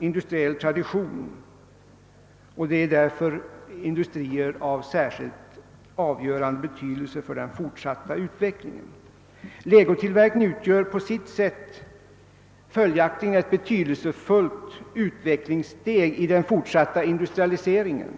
industriell tradition och är därför särskilt avgörande för den fortsatta utvecklingen. Legotillverkningen utgör följaktligen på sitt sätt ett viktigt utvecklingssteg i den fortsatta industrialiseringen.